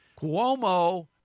Cuomo